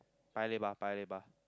Paya-Lebar Paya-Lebar